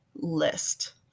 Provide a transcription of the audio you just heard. list